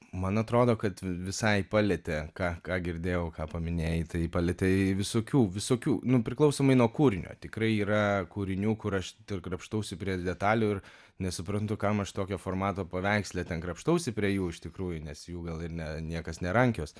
man atrodo kad visai palietė ką ką girdėjau ką paminėjai tai palietei visokių visokių nu priklausomai nuo kūrinio tikrai yra kūrinių kur aš krapštausi prie detalių ir nesuprantu kam aš tokio formato paveiksle ten krapštausi prie jų iš tikrųjų nes jų gal ir ne niekas nerankios